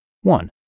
One